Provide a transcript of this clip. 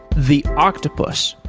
the octopus,